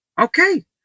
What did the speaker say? Okay